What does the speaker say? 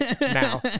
now